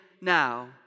now